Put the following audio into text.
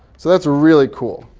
so that's really cool.